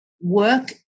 work